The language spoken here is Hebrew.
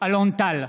אלון טל,